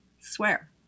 swear